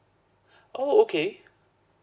oh okay